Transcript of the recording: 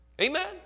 Amen